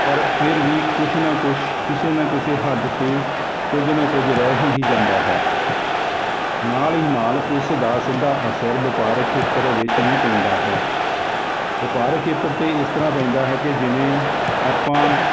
ਪਰ ਫਿਰ ਵੀ ਕੁਛ ਨਾ ਕੁਛ ਕਿਸੇ ਨਾ ਕਿਸੇ ਹੱਦ 'ਤੇ ਕੁਝ ਨਾ ਕੁਝ ਰਹਿ ਹੀ ਜਾਂਦਾ ਹੈ ਨਾਲ ਹੀ ਨਾਲ ਇਸ ਦਾ ਸਿੱਧਾ ਅਸਰ ਵਪਾਰਕ ਖੇਤਰ ਵਿੱਚ ਵੀ ਪੈਂਦਾ ਹੈ ਵਪਾਰਕ ਖੇਤਰ 'ਤੇ ਇਸ ਤਰ੍ਹਾਂ ਪੈਂਦਾ ਹੈ ਕਿ ਜਿਵੇਂ ਆਪਾਂ